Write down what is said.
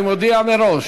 אני מודיע מראש,